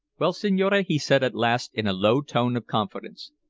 well, signore, he said at last in a low tone of confidence,